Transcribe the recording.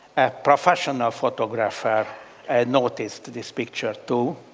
a professional photographer noticed this picture too,